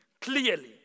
clearly